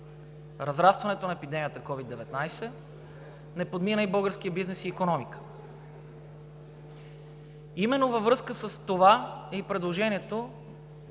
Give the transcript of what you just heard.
разрастването на епидемията COVID-19, не подмина българския бизнес и икономика. Именно във връзка с това е предложението